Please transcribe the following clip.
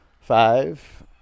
Five